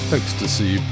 Ecstasy